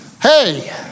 hey